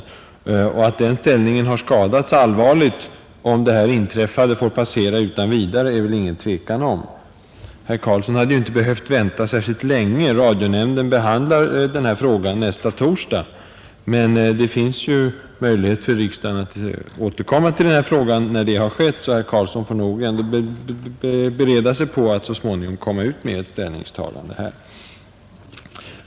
Att denna radionämndens ställning har skadats allvarligt om det inträffade får passera utan vidare, är det väl inget tvivel om. Herr Carlsson hade inte behövt vänta särskilt länge. Radionämnden behandlar ärendet nästa torsdag. Men det finns ju möjlighet för riksdagen att åter ta upp frågan när detta skett, så herr Carlsson får nog bereda sig på att så småningom komma ut med ett ställningstagande.